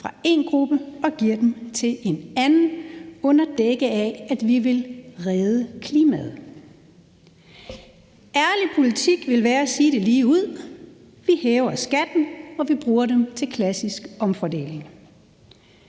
fra en gruppe og giver den til en anden, under dække af at vi vil redde klimaet. Ærlig politik ville være at sige det lige ud: Vi hæver skatten og bruger den til klassisk omfordeling.